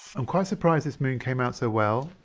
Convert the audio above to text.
i'm quite surprised this moon came out so well,